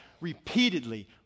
repeatedly